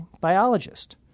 Biologist